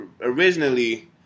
originally